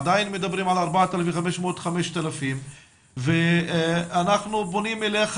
עדיין מדברים על 5,000-4,500 ואנחנו פונים אליך